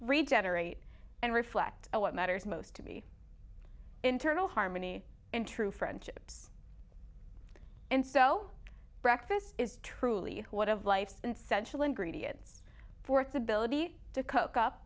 regenerate and reflect what matters most to be internal harmony and true friendships and so breakfast is truly one of life and sensual ingredients for its ability to cook up